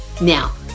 Now